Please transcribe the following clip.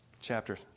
chapter